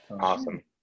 awesome